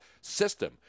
system –